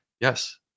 Yes